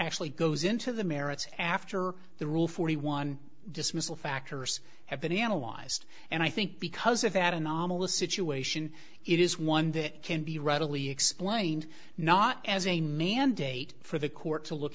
actually goes into the merits after the rule forty one dismissal factors have been analyzed and i think because of that anomalous situation it is one that can be readily explained not as a mandate for the court to look